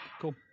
Cool